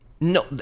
No